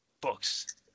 books